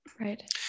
Right